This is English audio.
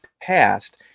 passed